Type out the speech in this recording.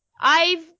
I've-